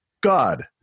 God